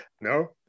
No